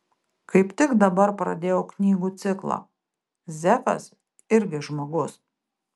kaip tik dabar pradėjau knygų ciklą zekas irgi žmogus